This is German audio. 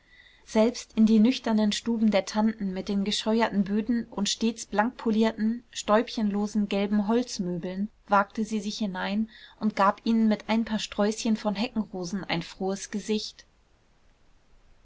selbst in die nüchternen stuben der tanten mit den gescheuerten böden und stets blank polierten stäubchenlosen gelben holzmöbeln wagte sie sich hinein und gab ihnen mit ein paar sträußchen von heckenrosen ein frohes gesicht